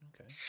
Okay